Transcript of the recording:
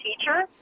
teacher